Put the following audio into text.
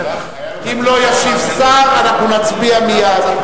אם לא ישיב שר, אנחנו נצביע מייד.